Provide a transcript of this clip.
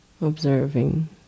observing